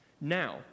Now